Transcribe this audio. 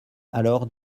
alors